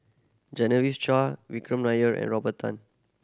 Genevieve Chua Vikram Nair and Robert Tan